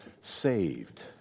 saved